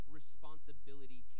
responsibility